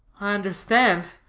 i understand,